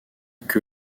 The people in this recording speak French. que